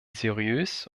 seriös